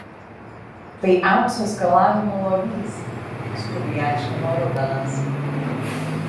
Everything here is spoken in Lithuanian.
tai aukso skalavimo lovys skubiai aiškino rubenas